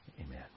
Amen